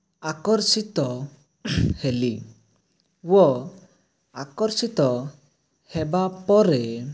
ଆକର୍ଷିତ ହେଲି ଓ ଆକର୍ଷିତ ହେବା ପରେ